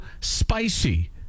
spicy